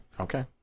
Okay